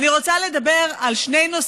אני רוצה לדבר על שני נושאים.